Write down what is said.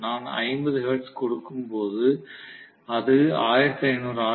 நான் 50 ஹெர்ட்ஸ் கொடுக்கும் பொது அது 1500 ஆர்